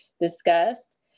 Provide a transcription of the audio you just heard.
discussed